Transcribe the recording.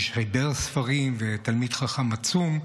מי שחיבר ספרים ותלמיד חכם עצום,